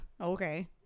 Okay